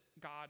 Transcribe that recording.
God